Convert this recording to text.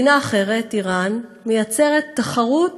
מדינה אחרת, איראן, מייצרת תחרות